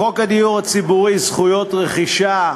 חוק הדיור הציבורי (זכויות רכישה),